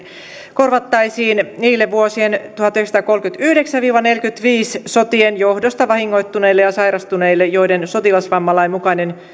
korvattaisiin niille vuosien tuhatyhdeksänsataakolmekymmentäyhdeksän viiva neljäkymmentäviisi sotien johdosta vahingoittuneille ja sairastuneille joiden sotilasvammalain mukainen